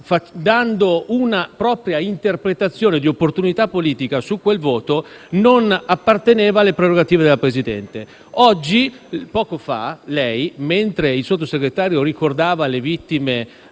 dando una propria interpretazione di opportunità politica su quel voto, non apparteneva alle prerogative del Presidente. Oggi, poco fa, mentre il Sottosegretario ricordava le vittime